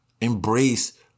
Embrace